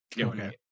Okay